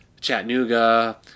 Chattanooga